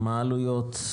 מה העלויות,